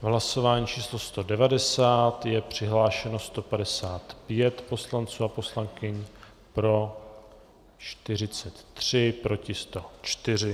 V hlasování číslo 190 je přihlášeno 155 poslanců a poslankyň, pro 43, proti 104.